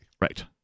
Right